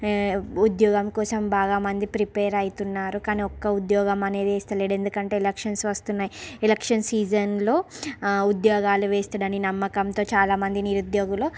ఉద్యోగం కోసం బాగా మంది ప్రిపేర్ అవుతున్నారు కానీ ఒక్క ఉద్యోగం అనేది వేస్తలేడు ఎందుకంటే ఎలక్షన్స్ వస్తున్నాయి ఎలక్షన్స్ సీజన్లో ఉద్యోగాలు వేస్తాడనే నమ్మకంతో చాలా మంది నిరుద్యోగుల